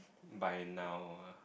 by now ah